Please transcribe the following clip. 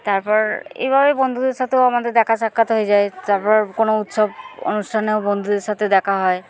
তারপর এভাবেই বন্ধুদের সাথেও আমাদের দেখা সাক্ষাৎ হয়ে যায় তারপর কোনো উৎসব অনুষ্ঠানেও বন্ধুদের সাথে দেখা হয়